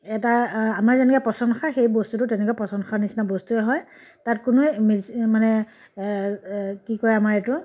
এটা আমাৰ যেনেকৈ পচন সাৰ সেই বস্তুটো তেনেকৈ পচন সাৰৰ নিচিনা বস্তুৱেই হয় তাত কোনোৱে মেডিচিন মানে কি কয় আমাৰ এইটো